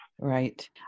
Right